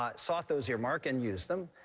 ah sought those earmarks and used them,